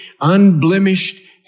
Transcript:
unblemished